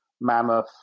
Mammoth